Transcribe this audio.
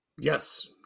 yes